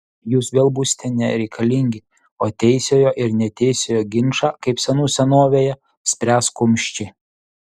jūs vėl būsite nereikalingi o teisiojo ir neteisiojo ginčą kaip senų senovėje spręs kumščiai